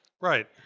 Right